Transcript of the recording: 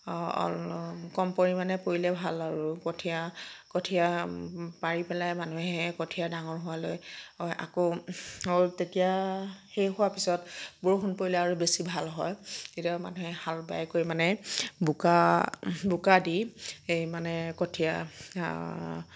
কম পৰিমাণে পৰিলে ভাল আৰু কঠীয়া কঠীয়া পাৰি পেলাই মানুহে কঠীয়া ডাঙৰ হোৱালৈ ৰয় আকৌ তেতিয়া শেষ হোৱাৰ পিছত বৰষুণ পৰিলে আৰু বেছি ভাল হয় কেতিয়াবা মানুহে হাল বাই কৰি মানে বোকা বোকা দি এই মানে কঠীয়া